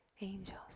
Angels